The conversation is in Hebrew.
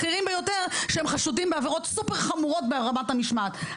בכירים ביותר שהם חשודים בעבירות סופר חמורות ברמת המשמעת,